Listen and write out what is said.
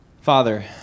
Father